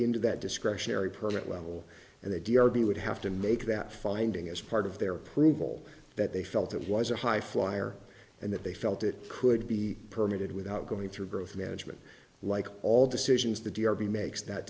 into that discretionary permit level and the d r v would have to make that finding as part of their approval that they felt it was a high flyer and that they felt it could be permitted without going through growth management like all decisions the d r v makes that